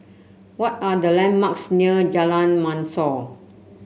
what are the landmarks near Jalan Mashor